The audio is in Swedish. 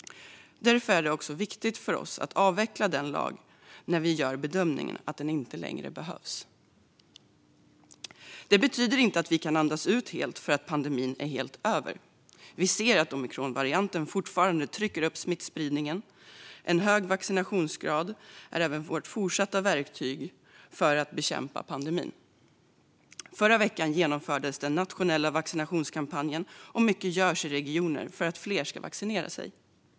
Därför är det också viktigt för oss att avveckla denna lag när vi gör bedömningen att den inte längre behövs. Det här betyder inte att vi kan andas ut för att pandemin är helt över. Vi ser att omikronvarianten fortfarande trycker upp smittspridningen. En hög vaccinationsgrad är även i fortsättningen vårt verktyg för att bekämpa pandemin. I förra veckan genomfördes den nationella vaccinationskampanjen, och mycket görs i regionerna för att fler ska vaccinera sig.